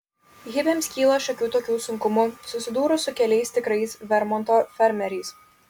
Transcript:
hipiams kyla šiokių tokių sunkumų susidūrus su keliais tikrais vermonto fermeriais